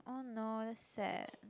oh no that's sad